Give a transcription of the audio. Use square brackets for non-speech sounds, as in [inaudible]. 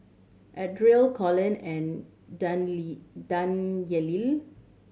Ardell Collins and [unintelligible] Danyelle